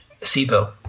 SIBO